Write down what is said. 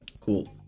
cool